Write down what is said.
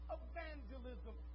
evangelism